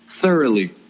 thoroughly